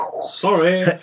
Sorry